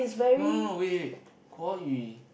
no no no wait wait wait 国语